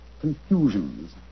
confusions